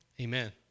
Amen